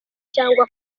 cyangwa